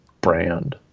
brand